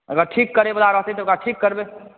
अगर ठीक करयवला रहतै तऽ ठीक करबै